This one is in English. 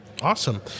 Awesome